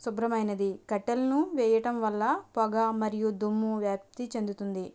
శుభ్రమైనది కట్టెలను వేయటం వల్ల పొగ మరియు దుమ్ము వ్యాప్తి చెందుతుంది